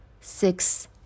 six